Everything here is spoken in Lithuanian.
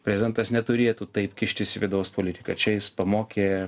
prezidentas neturėtų taip kištis į vidaus politiką čia jis pamokė